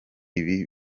ibi